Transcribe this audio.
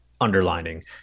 underlining